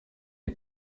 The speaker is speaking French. est